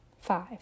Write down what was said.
five